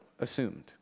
assumed